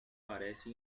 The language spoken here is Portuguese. parece